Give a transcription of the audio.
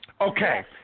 Okay